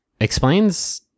explains